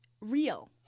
real